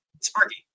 Sparky